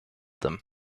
them